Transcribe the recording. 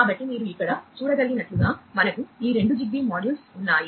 కాబట్టి మీరు ఇక్కడ చూడగలిగినట్లుగా మనకు ఈ రెండు జిగ్బీ మాడ్యూల్స్ ఉన్నాయి